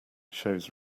shows